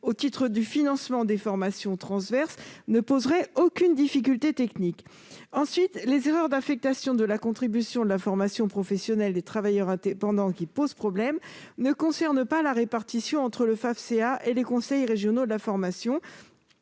au titre du financement des formations transverses ne poserait aucune difficulté technique. Ensuite, les erreurs d'affectation de la contribution de la formation professionnelle des travailleurs indépendants qui posent problème ne concernent pas la répartition de cette contribution entre le Fafcea et les conseils régionaux de la formation,